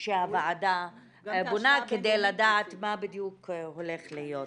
שהוועדה בונה כדי לדעת מה בדיוק הולך להיות.